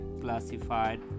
classified